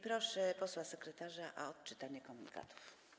Proszę posła sekretarza o odczytanie komunikatów.